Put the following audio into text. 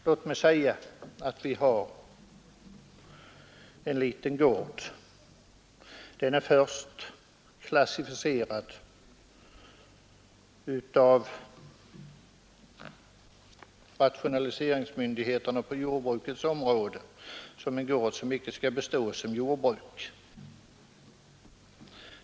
Låt mig som exempel ta att vi har en liten gård som jordbrukets rationaliseringsmyndigheter har klassificerat som en gård som inte skall bestå som jordbruk.